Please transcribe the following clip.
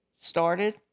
started